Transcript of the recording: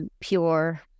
pure